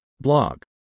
blog